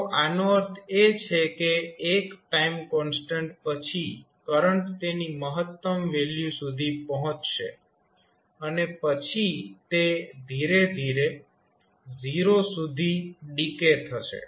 તો આનો અર્થ એ છે કે એક ટાઈમ કોન્સ્ટન્ટ પછી કરંટ તેની મહત્તમ વેલ્યુ સુધી પહોંચશે અને પછી તે ધીરે ધીરે 0 સુધી ડીકે થશે